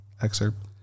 excerpt